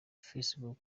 facebook